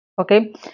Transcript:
okay